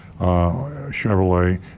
Chevrolet